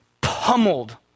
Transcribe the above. pummeled